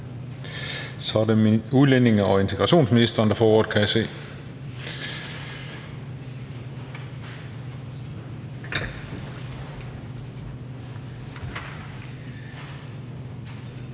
Så er det udlændinge- og integrationsministeren, der får ordet. Kl.